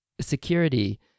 security